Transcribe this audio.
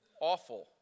awful